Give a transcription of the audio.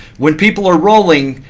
when people are rolling,